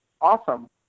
awesome